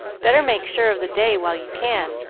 better make sure of the day while you can,